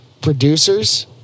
producers